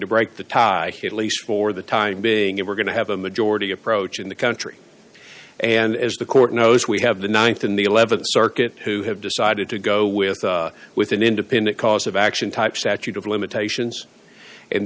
to break the tie at least for the time being if we're going to have a majority approach in the country and as the court knows we have the th in the th circuit who have decided to go with with an independent cause of action type statute of limitations and